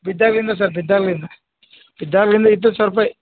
ಬಿದ್ದಾಗಲಿಂದ sir ಬಿದ್ದಾಗಲಿಂದ ಬಿದ್ದಾಗಲಿಂದ ಇತ್ತು ಸ್ವಲ್ಪ